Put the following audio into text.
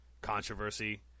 controversy